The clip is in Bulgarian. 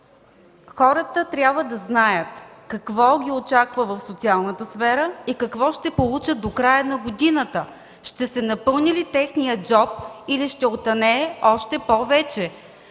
Хората трябва да знаят какво ги очаква в социалната сфера и какво ще получат до края на годината, ще се напълни ли техният джоб или ще отънее още повече.